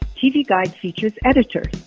tv guide features editor.